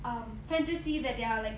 um fantasy that they're are like